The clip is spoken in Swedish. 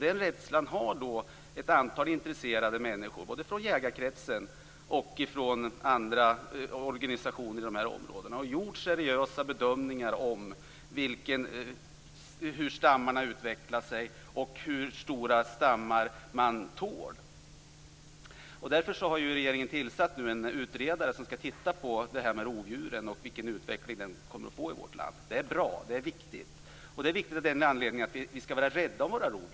Ett antal intresserade människor, både från jägarkretsen och från andra organisationer i de här områdena, har tagit den på allvar och gjort seriösa bedömningar av hur stammarna utvecklar sig och hur stora stammar man tål. Därför har regeringen nu tillsatt en utredare som skall titta på rovdjuren och vilken utveckling de kommer att få i vårt land. Det är bra, och det är viktigt. Det är viktigt av den anledningen att vi skall vara rädda om våra rovdjur.